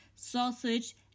sausage